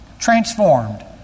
transformed